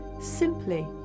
simply